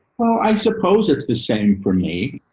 well, i suppose it's the same for me.